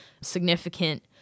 significant